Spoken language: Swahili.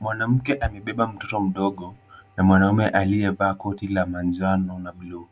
Mwanamke amebeba mtoto mdogo, na mwanaume aliyevaa koti la manjano na buluu.